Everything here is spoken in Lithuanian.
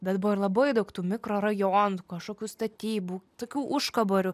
bet buvo ir labai daug tų mikrorajonų kažkokių statybų tokių užkaborių